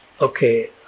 Okay